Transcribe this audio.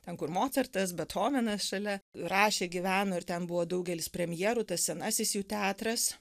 ten kur mocartas bethovenas šalia rašė gyveno ir ten buvo daugelis premjerų tas senasis jų teatras